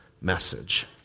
message